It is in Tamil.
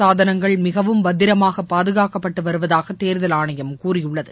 சாதனங்கள் மிகவும் பத்திரமாக பாதுகாக்கப்பட்டு வருவதாக தேர்தல் ஆணையம் கூறியுள்ளது